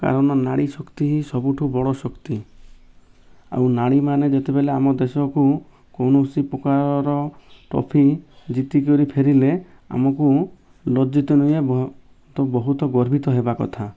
କାରଣ ନାରୀ ଶକ୍ତି ହିଁ ସବୁଠୁ ବଡ଼ ଶକ୍ତି ଆଉ ନାରୀମାନେ ଯେତେବେଲେ ଆମ ଦେଶକୁ କୌଣସି ପ୍ରକାରର ଟ୍ରଫି ଜିତିକରି ଫେରିଲେ ଆମକୁ ଲଜ୍ଜିତ ନୁଏ ତ ବହୁତ ଗର୍ବିତ ହେବା କଥା